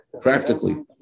practically